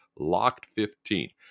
LOCKED15